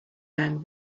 man